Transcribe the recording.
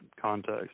context